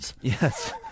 Yes